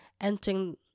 entering